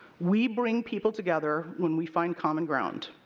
we bring people together when we find common ground.